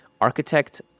Architect